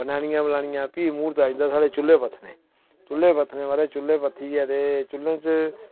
बनैलियां बनानियां फ्ही मूर्त आई जंदे साढ़े चूल्हे पत्थने चूल्हे पत्थने म्हाराज चूल्हे पत्थियै ते चूल्हें च